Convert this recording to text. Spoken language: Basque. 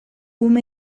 ume